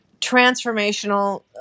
transformational